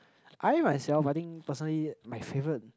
I myself I think personally my favorite